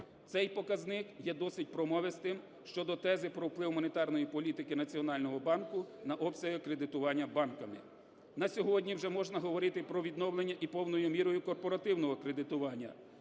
Цей показник є досить промовистим щодо тези про вплив монетарної політики Національного банку на обсяги кредитування банками. На сьогодні вже можна говорити про відновлення і повною мірою корпоративного кредитування.